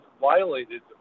violated